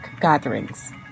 gatherings